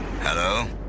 Hello